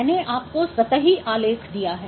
मैंने आपको सतही आलेख दिया है